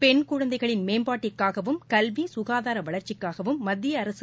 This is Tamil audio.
பெண் குழந்தைகளின் மேம்பாட்டிற்காகவும் கல்வி சுகாதார வளா்ச்சிக்காகவும் மத்திய அரசு